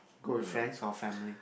go with friends or family